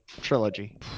trilogy